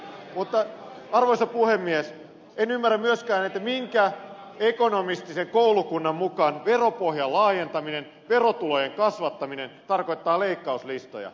mutta arvoisa puhemies en ymmärrä myöskään minkä ekonomistisen koulukunnan mukaan veropohjan laajentaminen verotulojen kasvattaminen tarkoittaa leikkauslistoja